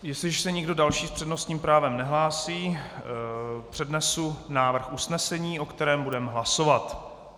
Jestliže se již nikdo další s přednostním právem nehlásí, přednesu návrh usnesení, o kterém budeme hlasovat.